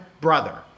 brother